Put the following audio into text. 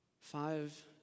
five